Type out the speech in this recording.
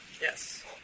Yes